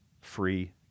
free